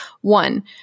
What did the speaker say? One